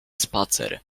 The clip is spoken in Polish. spacer